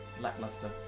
Lackluster